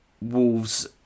Wolves